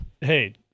Hey